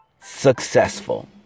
successful